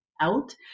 out